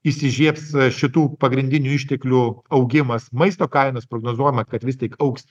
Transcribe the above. įsižiebs šitų pagrindinių išteklių augimas maisto kainos prognozuojama kad vis tik augs